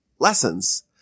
Lessons